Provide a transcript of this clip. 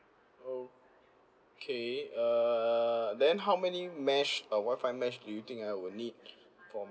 okay err then how many mesh uh wi-fi mesh do you think I will need for